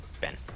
Ben